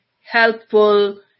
helpful